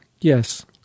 Yes